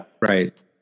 right